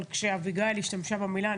אבל כשאביגיל השתמשה במילה,